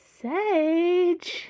Sage